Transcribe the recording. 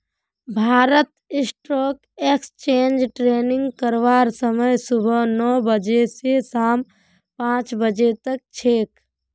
भारतत stock exchange trading करवार समय सुबह नौ बजे स शाम पांच बजे तक छेक